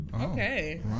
Okay